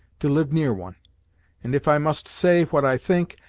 to live near one and if i must say what i think,